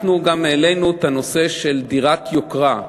אנחנו גם העלינו את הנושא של דירת יוקרה.